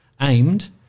aimed